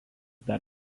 dar